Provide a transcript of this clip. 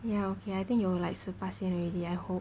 ya okay I think you like 十巴仙 already I hope